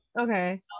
Okay